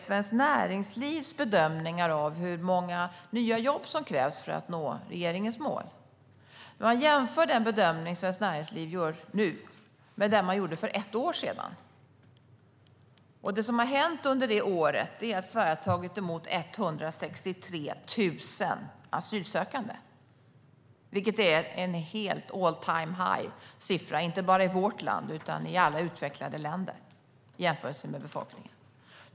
Svenskt Näringslivs bedömningar av hur många nya jobb som krävs för att nå regeringens mål är ett mått på hur stark tillväxten är. Man kan jämföra den bedömning som Svenskt näringsliv nu gör med den som man gjorde för ett år sedan. Det som har hänt under det året är att Sverige har tagit emot 163 000 asylsökande, vilket är en all time high-siffra, inte bara i vårt land utan i alla utvecklade länder.